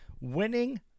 Winning